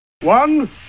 One